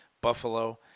Buffalo